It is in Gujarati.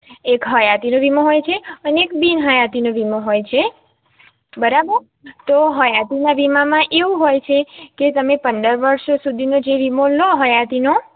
એક હયાતીનો વીમો હોય છે અને એક બીન હયાતીનો વીમો હોય છે બરાબર તો હયાતીના વીમામાં એવું હોય છે કે તમે પંદર વર્ષ સુધીનો જે વીમો લો હયાતીનો